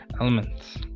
elements